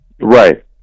Right